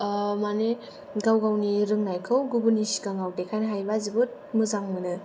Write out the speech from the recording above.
माने गाव गावनि रोंनायखौ गुबुननि सिगाङाव देखायनो हायोब्ला जोबोद मोजां मोनो